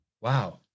Wow